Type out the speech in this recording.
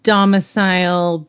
Domicile